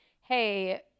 Hey